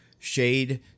shade